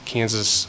Kansas